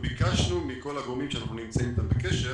ביקשנו מכל הגורמים שאנחנו נמצאים איתם בקשר